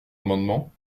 amendement